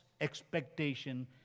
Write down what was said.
expectation